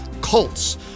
Cults